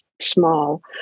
small